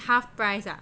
half price ah